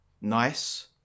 nice